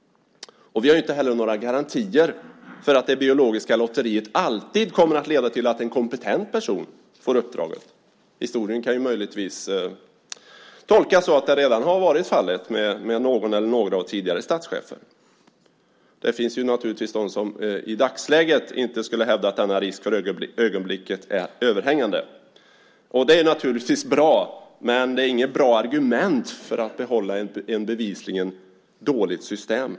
Inte heller har vi några garantier för att det biologiska lotteriet alltid kommer att leda till att en kompetent person får uppdraget. Historien kan möjligtvis tolkas så att det redan har varit fallet med någon eller några av tidigare statschefer. Det finns naturligtvis de som i dagsläget inte skulle hävda att denna risk för ögonblicket är överhängande. Det är naturligtvis bra. Men det är inget bra argument för att behålla ett bevisligen dåligt system.